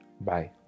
Bye